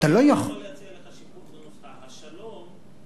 נדמה לי שזאת המשמעות.